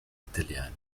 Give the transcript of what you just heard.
italiani